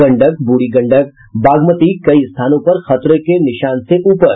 गंडक बूढ़ी गंडक बागमती कई स्थानों पर खतरे के निशान से ऊपर